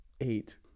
eight